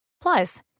Plus